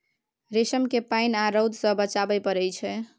रेशम केँ पानि आ रौद सँ बचाबय पड़इ छै